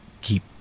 keep